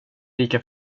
lika